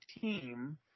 team